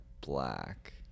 Black